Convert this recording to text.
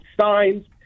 signs